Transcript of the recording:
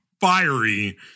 fiery